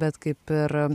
bet kaip ir